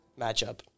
matchup